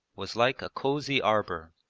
was like a cosy arbour,